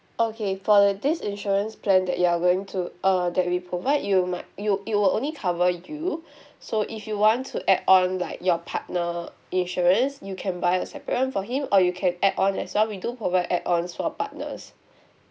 okay for this insurance plan that you're going to uh that we provide you might it will it will only cover you so if you want to add on like your partner insurance you can buy a separate [one] for him or you can add on as well we do provide add ons for partners